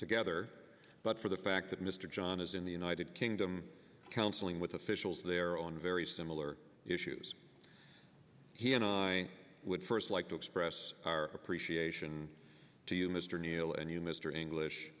together but for the fact that mr john is in the united kingdom counseling with officials there on a very similar issues he and i would first like to express our appreciation to you mr kneale and you mr english